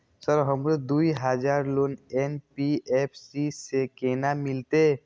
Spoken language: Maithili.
सर हमरो दूय हजार लोन एन.बी.एफ.सी से केना मिलते?